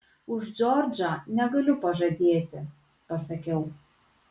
už džordžą negaliu pažadėti pasakiau